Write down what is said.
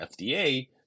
FDA